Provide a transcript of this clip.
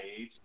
age